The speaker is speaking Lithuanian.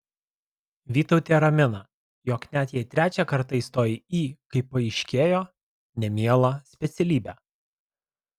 vytautė ramina jog net jei trečią kartą įstojai į kaip paaiškėjo nemielą specialybę